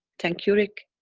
thank you rick.